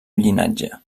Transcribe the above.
llinatge